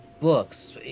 books